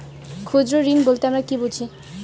ক্ষুদ্র ঋণ বলতে আমরা কি বুঝি?